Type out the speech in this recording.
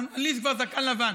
לי יש כבר זקן לבן.